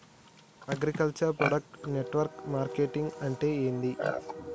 Agriculture product network marketing అంటే ఏంది?